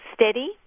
steady